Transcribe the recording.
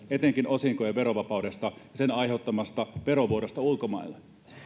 etenkin osinkojen verovapaudesta ja sen aiheuttamasta verovuodosta ulkomaille